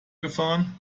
gefahren